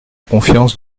confiance